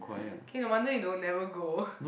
okay no wonder you don't never go